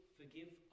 forgive